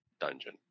dungeon